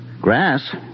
Grass